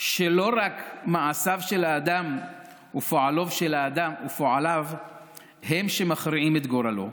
שלא רק מעשיו של האדם ופועליו הם שמכריעים את גורלו,